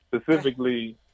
Specifically